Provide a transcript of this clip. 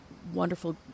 Wonderful